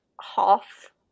half